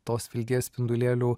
tos vilties spindulėlių